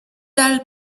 dal